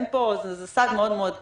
זה סד מאוד-מאוד קצר.